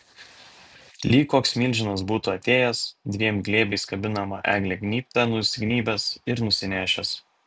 lyg koks milžinas būtų atėjęs dviem glėbiais kabinamą eglę gnybte nusignybęs ir nusinešęs